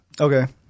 Okay